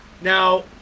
Now